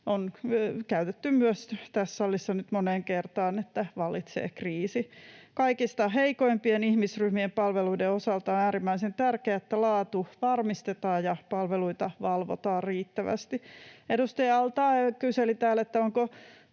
myös tässä salissa nyt moneen kertaan, että vallitsee kriisi. Kaikista heikoimpien ihmisryhmien palveluiden osalta on äärimmäisen tärkeää, että laatu varmistetaan ja palveluita valvotaan riittävästi. Edustaja al-Taee kyseli täällä, onko